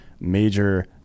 Major